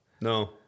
No